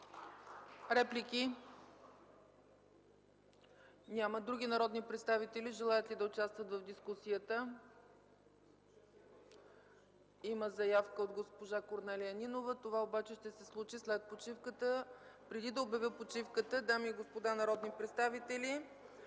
Реплики? Няма. Други народни представители желаят ли да участват в дискусията? Има заявка от госпожа Корнелия Нинова. Това ще се случи след почивката. Дами и господа народни представители,